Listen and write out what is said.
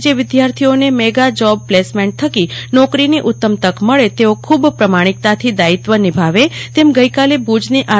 જે વિદ્યાર્થીઓને mega job placement થકી નોકરીની ઉત્તમ તક મળે તેઓ ખૂબ પ્રમાણિકતાથી દાયિત્વ નિભાવે તેમ ગઈકાલે ભુજની આર